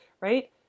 right